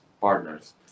partners